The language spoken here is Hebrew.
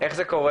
איך זה קורה?